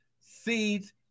seeds